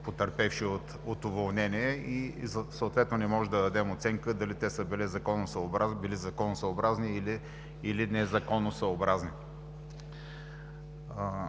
потърпевши от уволнения, съответно не можем да дадем оценка дали те са били законосъобразни или незаконосъобразни.